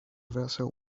vessel